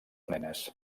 nenes